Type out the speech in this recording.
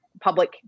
public